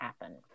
happen